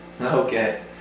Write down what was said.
Okay